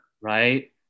right